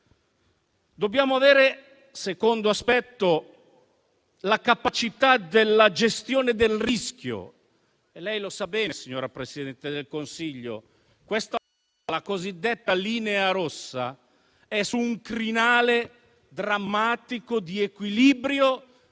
dobbiamo avere la capacità della gestione del rischio. Lei sa bene, signora Presidente del Consiglio, che questa volta la cosiddetta linea rossa è su un crinale drammatico di equilibrio